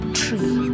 tree